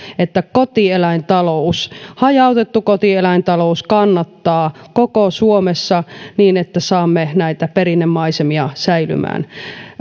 että kotieläintalous hajautettu kotieläintalous kannattaa koko suomessa niin että saamme näitä perinnemaisemia säilymään